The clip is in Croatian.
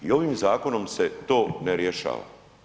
I ovim zakonom se to ne rješava.